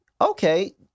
Okay